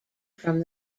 from